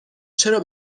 چرا